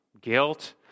guilt